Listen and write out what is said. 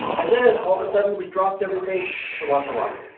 and then, all of a sudden, we dropped everything to launch a rocket